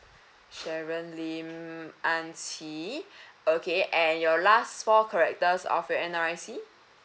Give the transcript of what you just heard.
sharon lim an qi okay and your last four characters of your N_R_I_C